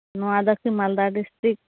ᱱᱚᱣᱟ ᱫᱚᱠᱤ ᱢᱟᱞᱫᱟ ᱰᱤᱥᱴᱨᱤᱠ